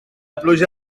pluja